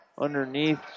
Underneath